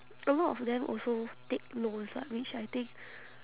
a lot of them also take loans lah which I think